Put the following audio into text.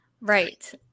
right